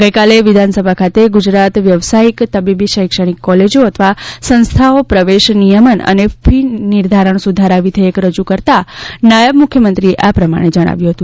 ગઈકાલે વિધાનસભા ખાતે ગુજરાત વ્યવસાયિક તબીબી શૈક્ષણિક કોલેજો અથવા સંસ્થાઓ પ્રવેશ નિયમન અને ફી નિર્ધારણ સુધારા વિઘેયક રજૂ કરતાં નાયબ મુખ્યમંત્રીએ આ પ્રમાણે જણાવ્યું હતું